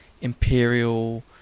imperial